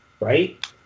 right